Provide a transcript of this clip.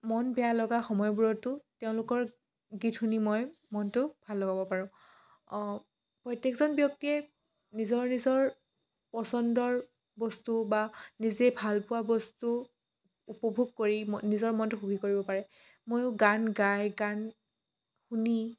মন বেয়া লগা সময়বোৰতো তেওঁলোকৰ গীত শুনি মই মনটো ভাল লগাব পাৰোঁ অঁ প্ৰত্যেকজন ব্যক্তিয়ে নিজৰ নিজৰ পচন্দৰ বস্তু বা নিজে ভালপোৱা বস্তু উপভোগ কৰি নিজৰ মনটো সুখী কৰিব পাৰে ময়ো গান গায় গান শুনি